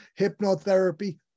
hypnotherapy